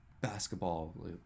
basketball